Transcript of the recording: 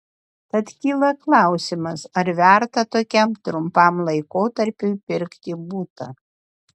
tad kyla klausimas ar verta tokiam trumpam laikotarpiui pirkti butą